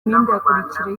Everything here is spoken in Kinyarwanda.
mihindagurikire